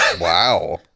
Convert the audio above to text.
wow